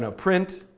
ah print,